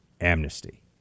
Amnesty